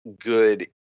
good